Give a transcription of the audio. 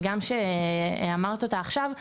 וגם שאמרת אותה עכשיו,